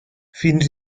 fins